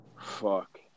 Fuck